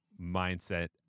mindset